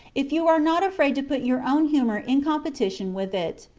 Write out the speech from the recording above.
if you are not afraid to put your own humor in competition with it.